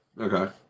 Okay